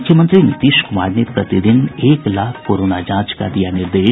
मुख्यमंत्री नीतीश कुमार ने प्रतिदिन एक लाख कोरोना जांच का दिया निर्देश